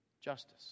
justice